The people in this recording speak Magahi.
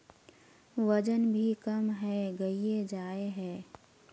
वजन भी कम है गहिये जाय है?